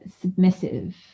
submissive